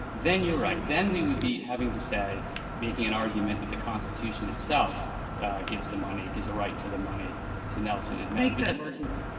then you're right. then we would be having to say making an argument that the constitution itself gives the money gives a right to the money to nelson and sotomayor make but that argument.